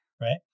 right